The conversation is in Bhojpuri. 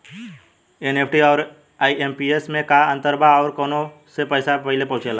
एन.ई.एफ.टी आउर आई.एम.पी.एस मे का अंतर बा और आउर कौना से पैसा पहिले पहुंचेला?